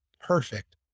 perfect